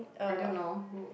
I don't know who